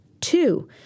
Two